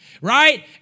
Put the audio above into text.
Right